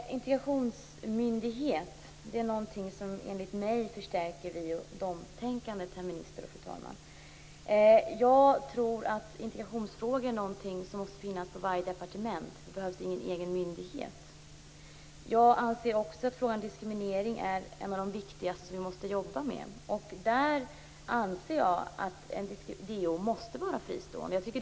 Fru talman och herr minister! En integrationsmyndighet förstärker enligt min mening ett vioch-de-tänkande. Jag tror att integrationsfrågor är någonting som måste finnas på varje departement. Det behövs ingen egen myndighet. Frågan om diskriminering är en av de viktigaste som vi måste jobba med. Jag anser att DO måste vara fristående.